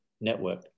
network